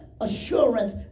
assurance